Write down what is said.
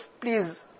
please